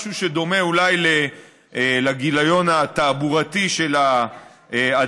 משהו שדומה אולי לגיליון התעבורתי של האדם.